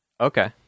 Okay